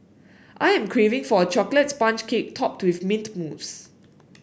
I am craving for a chocolate sponge cake topped with mint mousse